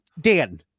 Dan